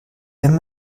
wenn